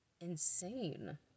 insane